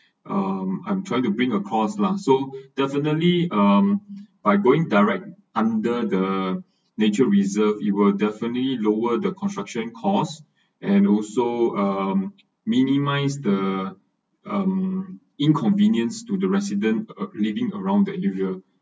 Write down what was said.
um I'm trying to bring across lah so definitely um by going direct under the nature reserved it will definitely lower the construction costs and also um minimise the um inconvenience to the residents living around that area